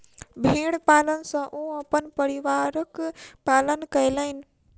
भेड़ पालन सॅ ओ अपन परिवारक पालन कयलैन